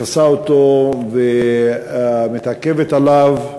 מכסה אותו ומתעכבת עליו.